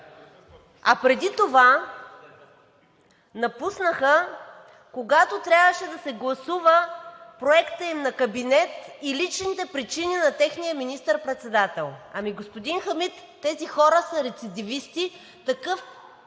а преди това напуснаха, когато трябваше да се гласува проектът им на кабинет и личните причини на техния министър-председател? Господин Хамид, тези хора са рецидивисти.